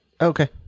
Okay